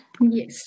Yes